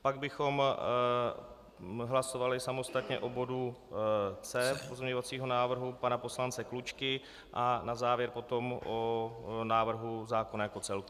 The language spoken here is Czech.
Pak bychom hlasovali samostatně o bodu C pozměňovacího návrhu pana poslance Klučky a na závěr potom o návrhu zákona jako celku.